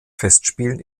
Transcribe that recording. festspielen